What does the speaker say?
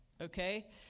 okay